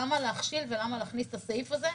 למה להכשיל ולמה להכניס את הסעיף הזה,